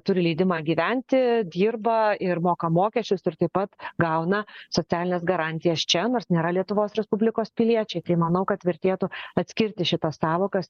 turi leidimą gyventi dirba ir moka mokesčius ir taip pat gauna socialines garantijas čia nors nėra lietuvos respublikos piliečiai tai manau kad vertėtų atskirti šitas sąvokas